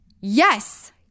Yes